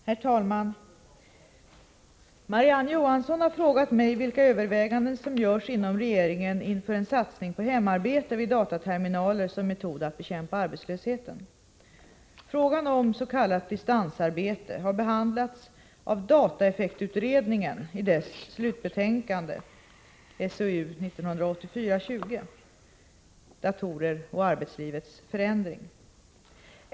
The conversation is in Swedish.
Herr talman! Marie-Ann Johansson har frågat mig vilka överväganden som görs inom regeringen inför en satsning på hemarbete vid dataterminaler 141 dataterminaler som medel att bekämpa som metod att bekämpa arbetslösheten. Frågan om s.k. distansarbete har behandlats av dataeffektutredningen i dess slutbetänkande Datorer och arbetslivets förändring.